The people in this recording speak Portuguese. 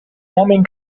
homem